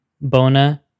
Bona